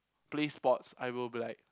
play sports I will be like